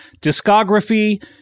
discography